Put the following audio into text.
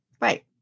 Right